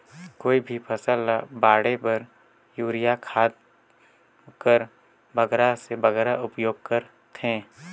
कोई भी फसल ल बाढ़े बर युरिया खाद कर बगरा से बगरा उपयोग कर थें?